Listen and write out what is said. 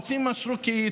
מוציאים משרוקית,